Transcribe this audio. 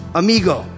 amigo